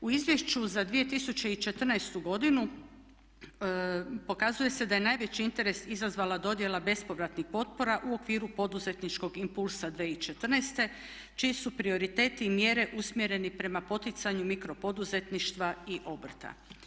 U izvješću za 2014. godinu pokazuje se da je najveći interes izazvala dodjela bespovratnih potpora u okviru poduzetničkog impulsa 2014. čiji su prioriteti i mjere usmjereni prema poticanju mikro poduzetništva i obrta.